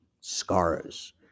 scars